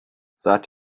that